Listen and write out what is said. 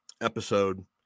episode